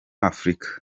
afrika